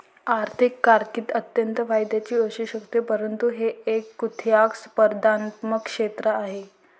आर्थिक कारकीर्द अत्यंत फायद्याची असू शकते परंतु हे एक कुख्यात स्पर्धात्मक क्षेत्र आहे